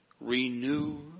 Renew